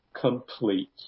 complete